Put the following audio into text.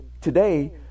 today